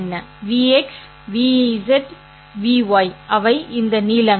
Vx Vz அவை இந்த நீளங்கள்